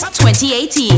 2018